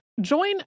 Join